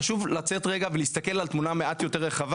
חשוב לצאת רגע ולהסתכל על תמונה מעט יותר רחבה